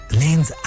lanes